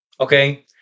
okay